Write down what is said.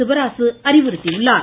சிவராசு அறிவுறுத்தியுள்ளார்